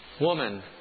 Woman